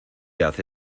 hace